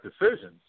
decisions